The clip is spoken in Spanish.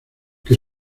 que